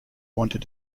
wanted